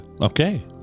Okay